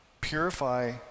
purify